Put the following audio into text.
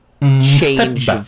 change